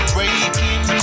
Breaking